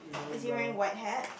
is he wearing white hat